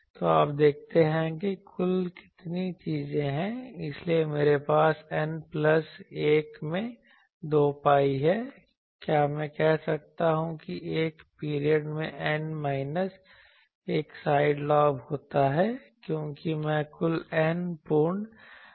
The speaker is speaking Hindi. तो आप देखते हैं कि कुल कितनी चीजें हैं इसलिए मेरे पास N प्लस 1 में 2 pi है क्या मैं कह सकता हूं कि एक पीरियड में N माइनस 1 साइड लॉब होता है क्योंकि मैं कुल N पूर्ण लॉब्स कहता हूं